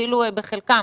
בחלקם,